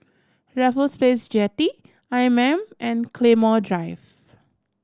Raffles Place Jetty I M M and Claymore Drive